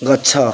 ଗଛ